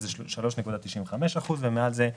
עד 60% השכר הממוצע זה 3.95% ומעל זה 14.6%,